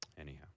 Anyhow